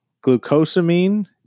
glucosamine